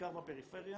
בעיקר בפריפריה,